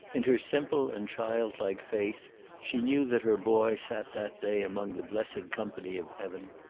in her simple and child-like faith she knew that her boy sat that day among the blessed company of heaven.